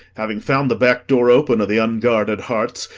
having found the back-door open of the unguarded hearts,